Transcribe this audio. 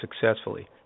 successfully